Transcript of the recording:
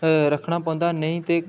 रक्खना पौंदा नेईं ते